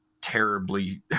terribly